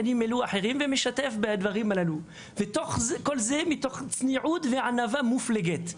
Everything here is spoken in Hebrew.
כשאת כל זה הוא עושה מתוך צניעות וענווה מופלגת.